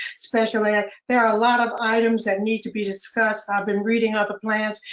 special ed, there are a lot of items that need to be discussed. i've been reading other plans,